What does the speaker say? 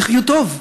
יחיו טוב,